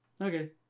Okay